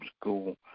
school